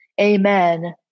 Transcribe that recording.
Amen